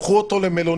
קחו אותו למלונית,